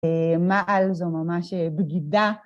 מעל זו ממש בגידה.